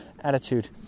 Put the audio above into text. attitude